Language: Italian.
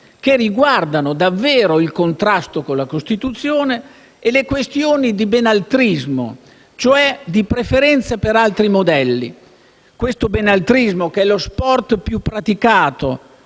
riguardanti davvero il contrasto alla Costituzione e le questioni di "benaltrismo", cioè di preferenza per altri modelli. Questo "benaltrismo", che è lo sport più praticato,